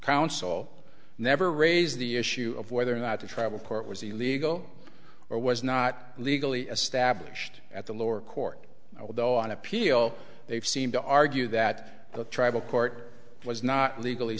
council never raised the issue of whether or not to travel part was illegal or was not legally established at the lower court although on appeal they've seemed to argue that the tribal court was not legally